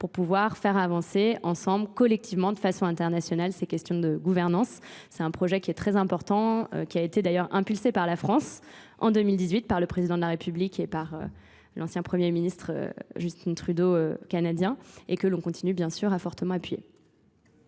pour pouvoir faire avancer ensemble, collectivement, de façon internationale, ces questions de gouvernance. C'est un projet qui est très important, qui a été d'ailleurs impulsé par la France en 2018 par le président de la République et par l'ancien Premier ministre Justin Trudeau, canadien, et que l'on continue bien sûr à fortement appuyer.